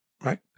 right